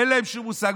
אין להם שום מושג,